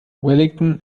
wellington